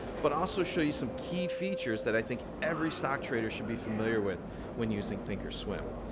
but also show you some key features that i think every stock trader should be familiar with when using thinkorswim.